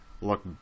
look